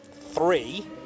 three